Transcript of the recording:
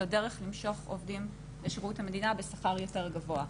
זו דרך למשוך עובדים לשירות המדינה בשכר יותר גבוה,